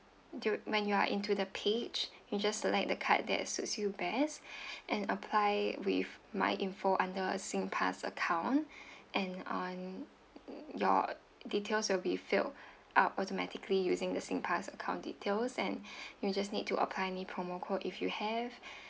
do when you are into the page you just select the card that suits you best and apply with my info under a singpass account and on your details will be filled up automatically using the singpass account details and you just need to apply any promo code if you have